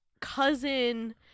cousin